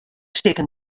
stikken